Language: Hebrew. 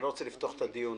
אני לא רוצה לפתוח את הדיון